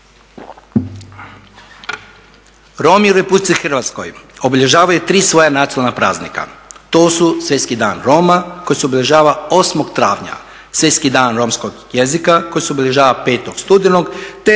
Romi u RH obilježavaju tri svoja nacionalna praznika. To su Svjetski dan Roma koji se obilježava 8. travnja, Svjetski dan romskog jezika koji se obilježava 5. studenog te